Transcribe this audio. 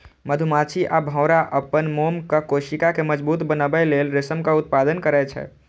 मधुमाछी आ भौंरा अपन मोमक कोशिका कें मजबूत बनबै लेल रेशमक उत्पादन करै छै